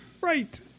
Right